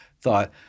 thought